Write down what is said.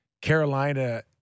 Carolina